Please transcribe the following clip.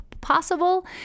possible